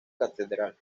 catedral